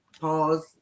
pause